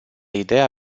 ideea